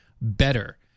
better